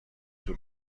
طول